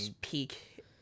Peak